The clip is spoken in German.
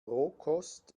rohkost